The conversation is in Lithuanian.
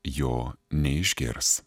jo neišgirs